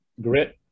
grit